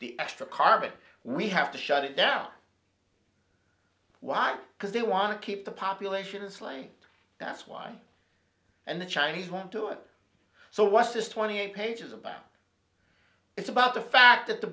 the extra carbon we have to shut it down why because they want to keep the population in slavery that's why and the chinese won't do it so what's this twenty eight pages about it's about the fact that the